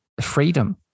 Freedom